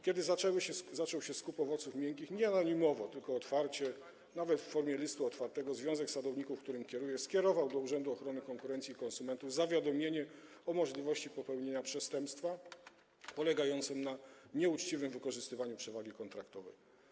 Kiedy zaczął się skup owoców miękkich, nie anonimowo, tylko otwarcie, nawet w formie listu otwartego związek sadowników, którym kieruję, skierował do Urzędu Ochrony Konkurencji i Konsumentów zawiadomienie o możliwości popełnienia przestępstwa polegającego na nieuczciwym wykorzystywaniu przewagi kontraktowej.